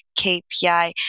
KPI